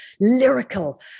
lyrical